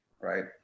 right